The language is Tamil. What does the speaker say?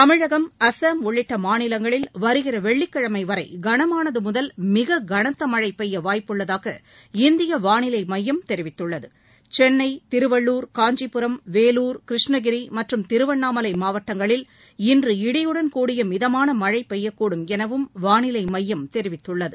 தமிழகம் அசாம் உள்ளிட்ட மாநிலங்களில் வருகிற வெள்ளிக்கிழமை வரை கனமானது முதல் மிக கனத்த மழை பெய்ய வாய்ப்புள்ளதாக இந்திய வானிலை மையம் தெரிவித்துள்ளது சென்னை திருவள்ளூர் காஞ்சிபுரம் வேலூர் கிருஷ்ணகிரி மற்றும் திருவண்ணாமலை மாவட்டங்களில் இன்று இடியுடன் கூடிய மிதமான மழை பெய்யக்கூடும் எனவும் வானிலை மையம் தெரிவித்துள்ளது